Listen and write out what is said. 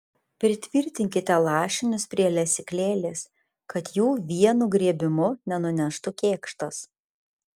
pritvirtinkite lašinius prie lesyklėlės kad jų vienu griebimu nenuneštų kėkštas